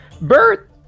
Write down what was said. Bert